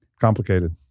Complicated